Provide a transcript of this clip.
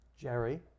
Jerry